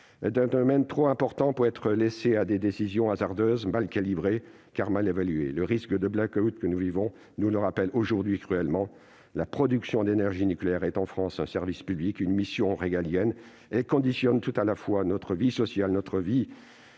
est un domaine trop important pour être laissé à des décisions hasardeuses et mal calibrées, car mal évaluées : le risque de blackout que nous subissons nous le rappelle aujourd'hui cruellement. La production d'énergie nucléaire est, en France, un service public, une mission régalienne. En dépendent tout à la fois notre vie sociale, notre vie